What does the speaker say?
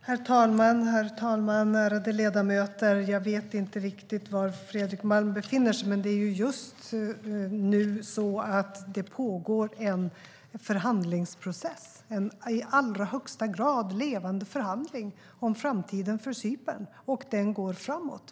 Herr talman! Ärade ledamöter! Jag vet inte riktigt var Fredrik Malm befinner sig, men det pågår just nu en förhandlingsprocess - en i allra högsta grad levande förhandling - om framtiden för Cypern. Den går framåt.